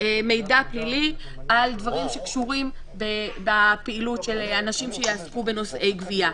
מידע פלילי על דברים שקשורים בפעילות של אנשים שיעסקו בנושאי גבייה.